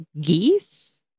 Geese